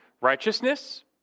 righteousness